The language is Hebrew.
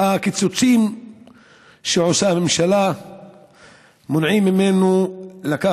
הקיצוצים שעושה הממשלה מונעים ממנו להביא